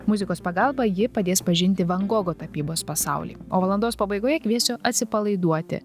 muzikos pagalba ji padės pažinti van gogo tapybos pasaulį o valandos pabaigoje kviesiu atsipalaiduoti